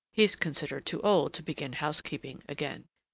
he's considered too old to begin housekeeping again.